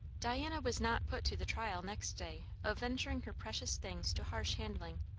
diana was not put to the trial next day of venturing her precious things to harsh handling.